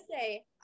say